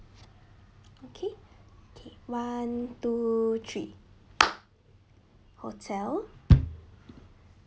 okay okay one two three hotel